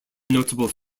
notable